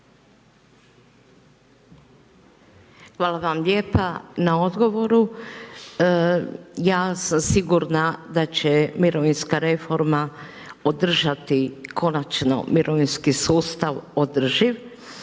Hvala vam lijepa na odgovoru. Ja sam sigurna da će mirovinska reforma održati konačno mirovinski sustav održiv.